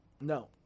no